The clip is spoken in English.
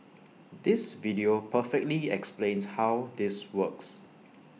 this video perfectly explains how this works